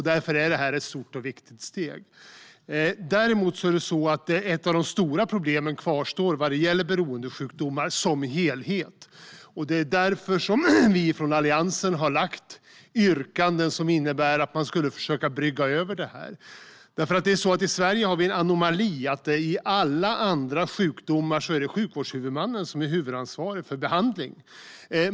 Därför är det här ett stort och viktigt steg. Ett av de stora problemen kvarstår dock, vad gäller beroendesjukdomar som helhet. Det är därför Alliansen har yrkat om att man ska försöka brygga över det. I Sverige har vi nämligen en anomali; i fråga om alla andra sjukdomar är det sjukvårdshuvudmannen som är huvudansvarig för behandling.